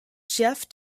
jeff